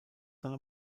dann